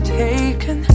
taken